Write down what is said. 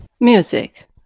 Music